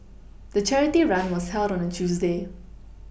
the charity run was held on a Tuesday